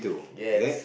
yes